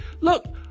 Look